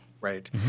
Right